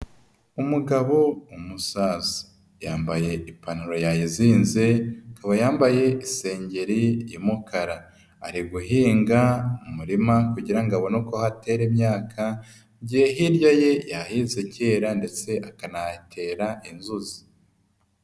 Umugabo w'umusaza. Yambaye ipantaro yayizinze, akaba yambaye isengeri y'umukara. Ari guhinga mu murima kugira ngo abone uko ahatera imyaka, hirya ye yahinze kera ndetse akanahatera inzuzi.